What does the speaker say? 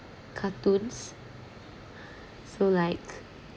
cartoons so like